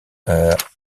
art